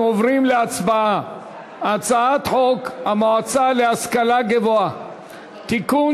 אנחנו עוברים להצבעה על הצעת חוק המועצה להשכלה גבוהה (תיקון,